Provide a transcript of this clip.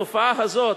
התופעה הזאת,